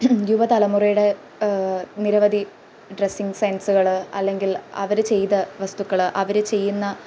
യുവതലമുറയുടെ നിരവധി ഡ്രെസ്സിങ് സെൻസുകള് അല്ലെങ്കിൽ അവര് ചെയ്ത വസ്തുക്കള് അവര് ചെയ്യുന്ന